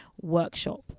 workshop